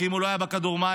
כי אם הוא לא היה בכדור מים,